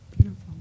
Beautiful